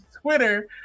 Twitter